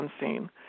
unseen